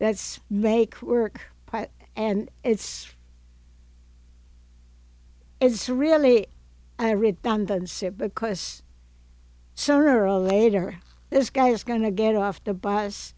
that's make work and it's it's really i read down than sit because some or all later this guy is going to get off the bus